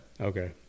Okay